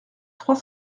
trois